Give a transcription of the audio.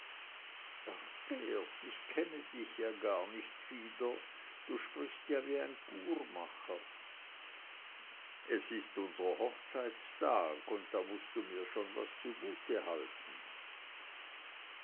ach geert ich kenne dich ja gar nicht wieder du sprichst ja wie ein courmacher es ist unser hochzeitstag und da mußt du mir schon was zugute halten